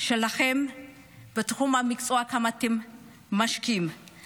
שלכם וכמה אתם משקיעים בתחום המקצועי.